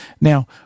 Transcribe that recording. Now